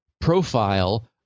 profile